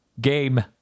game